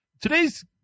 Today's